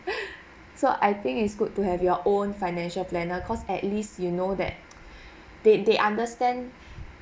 so I think it's good to have your own financial planner cause at least you know that they they understand